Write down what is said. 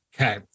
Okay